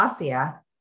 Asia